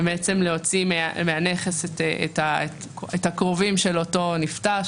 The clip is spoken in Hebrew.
ולהוציא מהנכס את הקרובים של אותו נפטר,